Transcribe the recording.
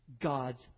God's